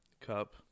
cup